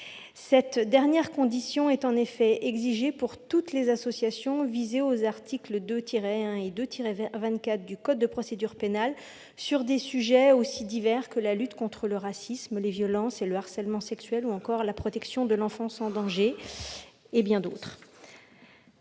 Cette dernière condition est exigée pour toutes les associations visées aux articles 2-1 et 2-24 du code de procédure pénale, sur des sujets aussi divers que la lutte contre le racisme, les violences, le harcèlement sexuel, la protection de l'enfance en danger, et bien d'autres.